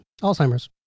Alzheimer's